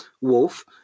Wolf